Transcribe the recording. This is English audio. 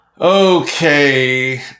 Okay